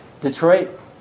Detroit